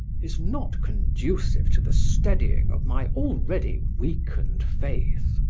is not conducive to the steadying of my already weakened faith.